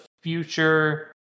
future